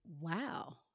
wow